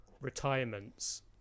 retirements